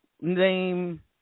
name